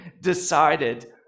decided